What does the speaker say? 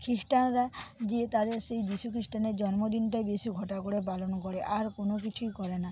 খ্রিস্টানরা গিয়ে তাদের সেই যিশু খ্রিস্টানের জন্মদিনটাই বেশি ঘটা করে পালন করে আর কোনো কিছুই করে না